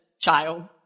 child